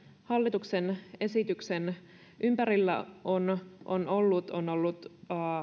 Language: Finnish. hallituksen esityksen ympärillä on on ollut on ollut